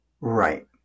right